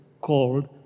called